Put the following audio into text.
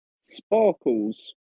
sparkles